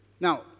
Now